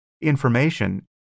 information